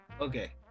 Okay